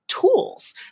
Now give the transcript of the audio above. tools